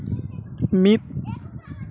ᱢᱤᱫ